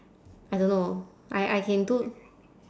I don't know I I can do